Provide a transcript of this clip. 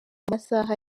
masaha